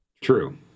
true